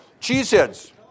Cheeseheads